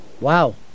Wow